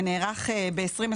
שנערך ב-2021,